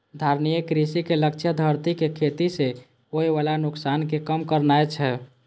धारणीय कृषि के लक्ष्य धरती कें खेती सं होय बला नुकसान कें कम करनाय छै